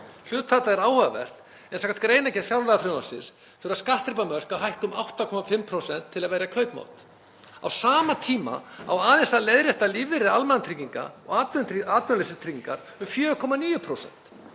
Hlutfallið er áhugavert en samkvæmt greinargerð fjárlagafrumvarpsins þurfa skattþrepamörk að hækka um 8,5% til að verja kaupmátt. Á sama tíma á aðeins að leiðrétta lífeyri almannatrygginga og atvinnuleysistryggingar um 4,9%.